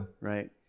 right